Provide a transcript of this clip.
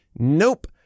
nope